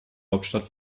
hauptstadt